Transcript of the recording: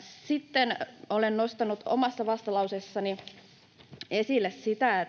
sitten olen nostanut omassa vastalauseessani esille sitä,